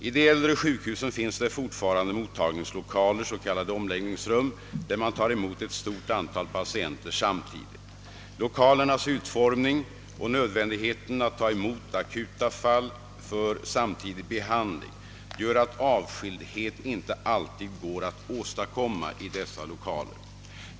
I de äldre sjukhusen finns det fortfarande mottagningslokaler, s.k. omläggningsrum, där man tar emot ett stort antal patienter samtidigt. Lokalernas utformning och nödvändigheten att ta emot akuta fall för samtidig behandling gör att avskildhet inte alltid går att åstadkomma i dessa lokaler.